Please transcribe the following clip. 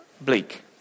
bleak